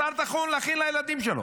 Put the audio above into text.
בשר טחון להכין לילדים שלו,